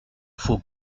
faut